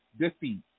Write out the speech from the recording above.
defeat